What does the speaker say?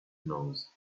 knows